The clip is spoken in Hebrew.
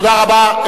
תודה רבה.